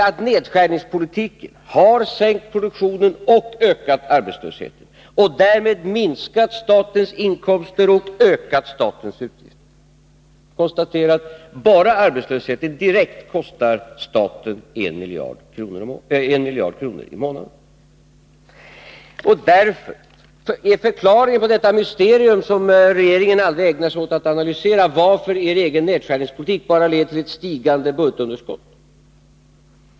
Nedskärningspolitiken har alltså sänkt produktionen och ökat arbetslösheten och därmed minskat statens inkomster och ökat statens utgifter. Jag konstaterar att bara arbetslösheten direkt kostar staten 1 miljard kronor i månaden. Förklaringen på detta mysterium är att regeringen aldrig ägnat sig åt att analysera varför dess egen nedkärningspolitik bara leder till ett stigande budgetunderskott.